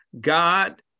God